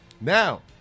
Now